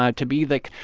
ah to be, like,